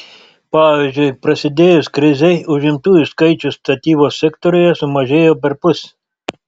pavyzdžiui prasidėjus krizei užimtųjų skaičius statybos sektoriuje sumažėjo perpus